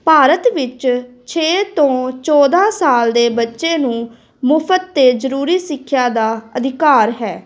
ਭਾਰਤ ਵਿੱਚ ਛੇ ਤੋਂ ਚੌਂਦਾ ਸਾਲ ਦੇ ਬੱਚੇ ਨੂੰ ਮੁਫਤ ਅਤੇ ਜ਼ਰੂਰੀ ਸਿੱਖਿਆ ਦਾ ਅਧਿਕਾਰ ਹੈ